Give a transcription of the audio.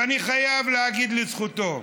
ואני חייב להגיד לזכותו,